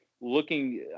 looking